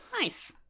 Nice